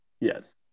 Yes